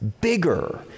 bigger